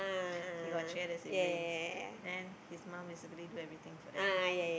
he got three other siblings then his mum basically do everything for them